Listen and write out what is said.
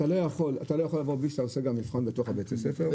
אתה לא יכול בלי שאתה עושה גם מבחן בתוך הבית ספר.